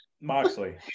Moxley